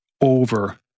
over